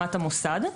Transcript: ברמת המוסד.